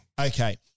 Okay